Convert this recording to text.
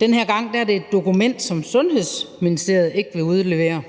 Den her gang er det et dokument, som Sundhedsministeriet ikke vil udlevere.